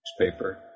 newspaper